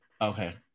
Okay